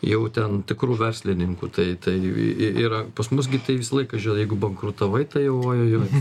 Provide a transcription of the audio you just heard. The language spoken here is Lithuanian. jau ten tikru verslininku tai tai y yra pas mus gi tai visą laiką žinai jeigu bankrutavai tai jau ojojoj